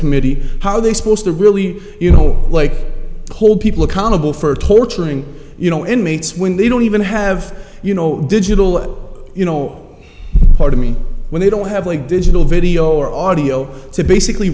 committee how they supposed to really you know like hold people accountable for torturing you know inmates when they don't even have you know digital you know part of me when they don't have a digital video or audio to basically